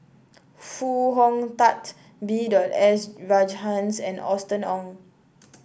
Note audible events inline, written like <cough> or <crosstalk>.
Foo Hong Tatt B <unintelligible> S Rajhans and Austen Ong